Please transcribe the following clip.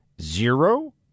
zero